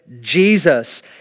Jesus